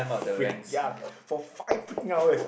freak ya for five freaking hours